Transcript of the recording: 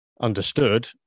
understood